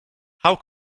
how